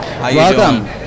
Welcome